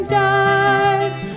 dives